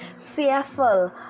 Fearful